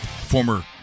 former